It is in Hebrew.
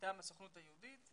מטעם הסוכנות היהודית,